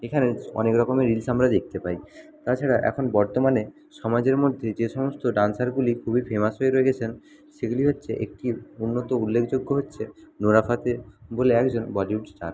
এখানে অনেক রকমের রিলস আমরা দেখতে পাই তাছাড়া এখন বর্তমানে সমাজের মধ্যে যে সমস্ত ডান্সারগুলি খুবই ফেমাস হয়ে রয়ে গেছেন সেগুলি হচ্চে একটি উন্নত উল্লেখযোগ্য হচ্ছে নোরা ফতেহ বলে একজন বলিউড স্টার